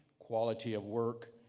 quality of work,